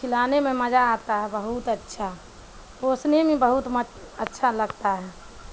کھلانے میں مزہ آتا ہے بہت اچھا پوسنے میں بہت اچھا لگتا ہے